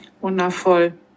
Wundervoll